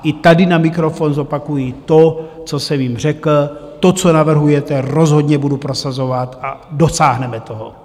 I tady na mikrofon zopakuji to, co jsem jim řekl: To, co navrhujete, rozhodně budu prosazovat a dosáhneme toho.